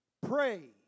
Pray